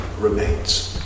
remains